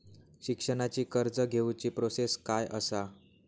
शिक्षणाची कर्ज घेऊची प्रोसेस काय असा?